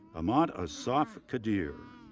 omad asaf-qadeer,